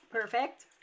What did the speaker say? perfect